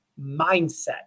mindset